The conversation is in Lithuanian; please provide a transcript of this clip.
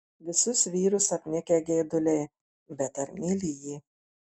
visus vyrus apnikę geiduliai bet ar myli jį